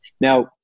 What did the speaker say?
Now